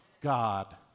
God